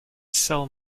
sell